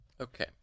Okay